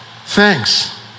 thanks